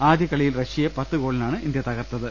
ആദ്യകളിയിൽ റഷ്യയെ പത്ത് ഗോളിനാണ് ഇന്ത്യ തകർത്തത്